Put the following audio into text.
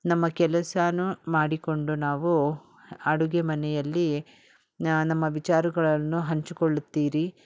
ನಮ್ಮ ಕೆಲಸವೂ ಮಾಡಿಕೊಂಡು ನಾವು ಅಡುಗೆ ಮನೆಯಲ್ಲಿ ನಮ್ಮ ವಿಚಾರಗಳನ್ನು ಹಂಚಿಕೊಳ್ಳುತ್ತೀರಿ